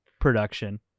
production